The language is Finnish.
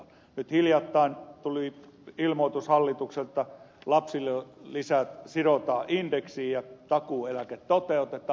nyt hiljattain tuli ilmoitus hallitukselta että lapsilisät sidotaan indeksiin ja takuueläke toteutetaan